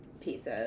pieces